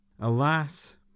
Alas